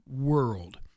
world